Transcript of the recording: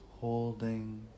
Holding